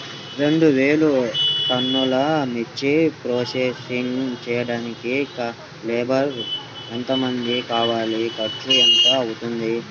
రెండు వేలు టన్నుల మిర్చి ప్రోసెసింగ్ చేయడానికి లేబర్ ఎంతమంది కావాలి, ఖర్చు ఎంత అవుతుంది?